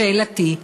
שאלתי: